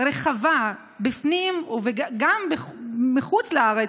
רחבה בפנים וגם בחו"ל,